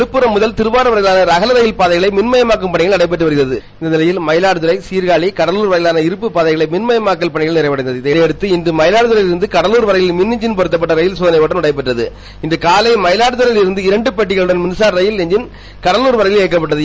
விழப்பரம் முதல் திருவாரர் இடையேயான அகல ரயில்பாதையை மின்மாயக்கும் பணி நடைபெற்று வருகிறது இந்நிலையில் மயிலாடுதறை சீர்காழி வரையிலான இருப்புப்பாதைகளை மின்மயமாக்கள் பணிகள் நிறைவடைந்ததையடுத்து இன்று மயிவாடுதறையிவிருந்து கடலூர் வரை மின் இன்றின் பொருத்தப்பட்ட ரயிலின் சோதனை ஒட்டம் நடைபெற்றது இன்று காலை மயிலாடுதறையிலிருந்து இரண்டு பெட்டிகளுடன் மின்சா ரயில் என்ஜின் கடலூர் வரை இயக்கப்பட்டது